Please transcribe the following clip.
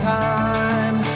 time